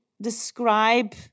describe